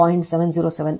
707 I 0 ಕೋನ 45 degree